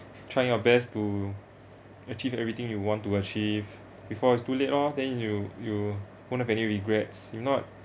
trying your best to achieve everything you want to achieve before it's too late loh then you you won't have any regrets if not